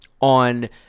on